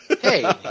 hey